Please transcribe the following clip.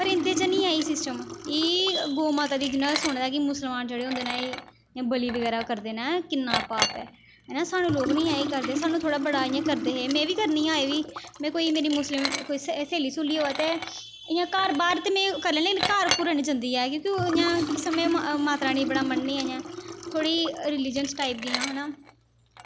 पर इंदे च निं ऐ एह् सिस्टम एह् गौ माता दा जियां सुने दा कि मुस्लमान जेह्ड़े होंदे न एह् इ'यां बलि बगैरा करदे न किन्ना पाप ऐ है ना सानूं लोग निं ऐ करदे सानूं थोह्ड़ा बड़ा इ'यां करदे हे में बी करनी आं अजें बी मेरी कोई मेरी मुस्लिम कोई स्हेली स्हूली होऐ ते इ'यां घर बाहर लेकिन घर घूर हैनी जंदी ऐ क्योंकि ओह् इ'यां कि समें माता रानी गी बड़ा मन्ननी आं इ'यां थोह्ड़ी रीलिज़नस टाइप दी आं है ना